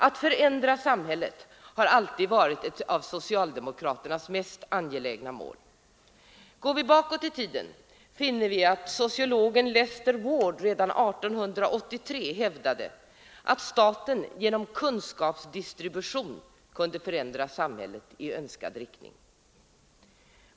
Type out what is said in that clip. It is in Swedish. Att förändra samhället har alltid varit ett av socialdemokraternas mest angelägna mål. Går vi bakåt i tiden finner vi att sociologen Lester Ward redan 1883 hävdade att staten genom kunskapsdistribution kunde förändra samhället i önskad riktning.